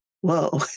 whoa